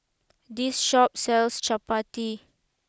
this Shop sells Chapati